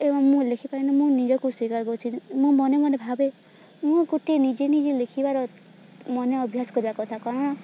ଏବଂ ମୁଁ ଲେଖିପାରିନି ମୁଁ ନିଜକୁ ସ୍ଵୀକାର କରଛି ମୁଁ ମନେ ମନେ ଭାବେ ମୁଁ ଗୋଟିଏ ନିଜେ ନିଜେ ଲେଖିବାର ମନେ ଅଭ୍ୟାସ କରିବା କଥା କାରଣ